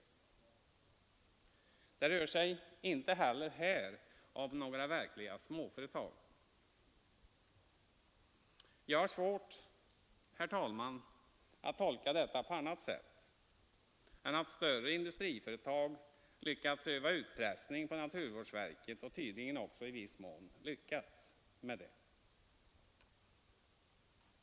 Det rör sig inte heller här om några verkliga småföretag. Jag har svårt, herr talman, att tolka detta på annat sätt än att större industriföretag övat utpressning på naturvårdsverket, och tydligen också i viss mån lyckats nå resultat.